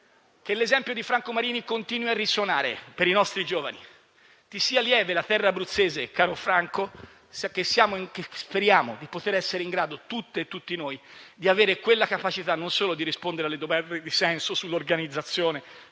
che l'esempio di Franco Marini continui a risuonare per i nostri giovani. Ti sia lieve la terra abruzzese, caro Franco. Tutte e tutti noi speriamo di poter essere in grado e di avere la capacità non solo di rispondere alle domande sull'organizzazione